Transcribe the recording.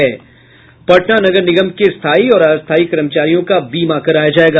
पटना नगर निगम के स्थायी और अस्थायी कर्मचारियों का बीमा कराया जायेगा